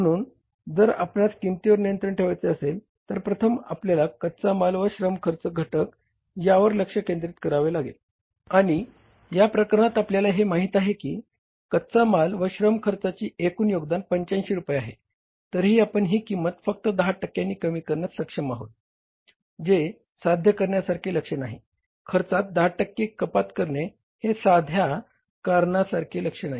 म्हणून जर आपणास किमतीवर नियंत्रण ठेवायचे असेल तर प्रथम आपल्याला कच्चा माल व श्रम खर्च घटक यावर लक्ष केंद्रित करावे लागेल आणि या प्रकरणात आपल्याला हे माहित आहे की कच्चा माल व श्रम खर्चाचे एकूण योगदान 85 रुपये आहे तरीही आपण ही किंमत फक्त 10 टक्क्यांनी कमी करण्यास सक्षम आहात जे साध्य करण्यासारखे लक्ष्य नाही खर्चात 10 टक्के कपात करणे हे साध्य करण्यासारखे लक्ष्य नाही